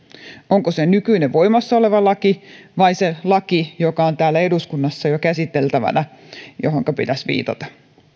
onko se nykyinen voimassa oleva laki vai se laki joka on täällä eduskunnassa jo käsiteltävänä johonka pitäisi viitata